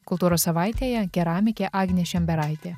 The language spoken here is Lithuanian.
kultūros savaitėje keramikė agnė šemberaitė